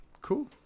cool